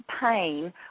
pain